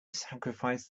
sacrifice